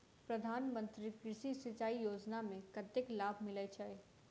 प्रधान मंत्री कृषि सिंचाई योजना मे कतेक लाभ मिलय छै?